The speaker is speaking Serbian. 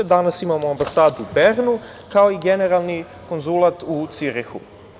Danas imamo ambasadu u Bernu, kao i generalni konzulat u Cirihu.